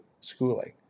schooling